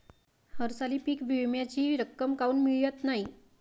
हरसाली पीक विम्याची रक्कम काऊन मियत नाई?